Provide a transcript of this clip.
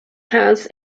has